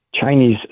Chinese